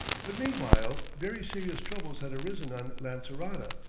but meanwhile very serious troubles had arisen on lancerota.